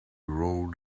rolled